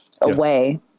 away